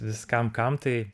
viskam kam tai